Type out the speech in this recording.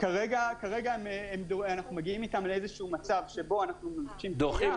כרגע אנחנו מגיעים איתם לאיזשהו מצב שבו אנחנו מבקשים דחייה,